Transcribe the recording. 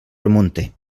remonte